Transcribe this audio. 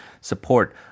support